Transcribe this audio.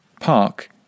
Park